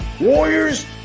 Warriors